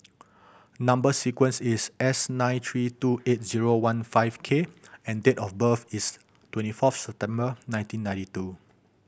number sequence is S nine three two eight zero one five K and date of birth is twenty fourth September nineteen ninety two